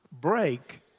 break